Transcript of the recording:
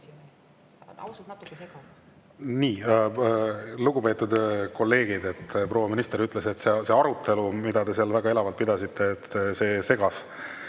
Lugupeetud kolleegid! Proua minister ütles, et see arutelu, mida te seal väga elavalt pidasite, segas